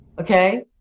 okay